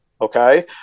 Okay